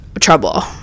trouble